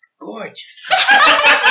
gorgeous